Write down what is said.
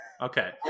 Okay